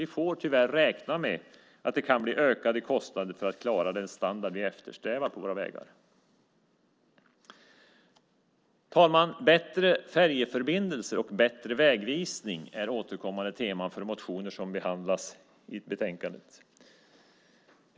Vi får tyvärr räkna med att det kan bli ökade kostnader för att klara den standard vi eftersträvar på våra vägar. Fru talman! Bättre färjeförbindelser och bättre vägvisning är återkommande teman i motioner som behandlas i betänkandet.